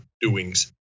doings